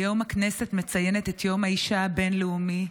היום הכנסת מציינת את יום האישה הבין-לאומי,